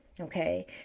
okay